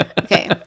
Okay